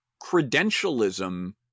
credentialism